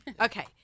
Okay